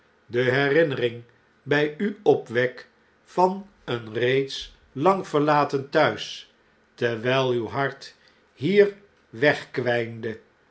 de herinnering bij u opwek van een reeds lang verlaten thuis terwjjl uw hart hier wegkwjjnde